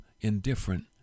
indifferent